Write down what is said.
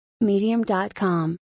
Medium.com